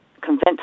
convinced